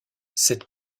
cette